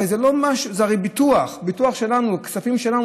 זה הרי ביטוח, ביטוח שלנו, כספים שלנו.